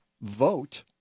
vote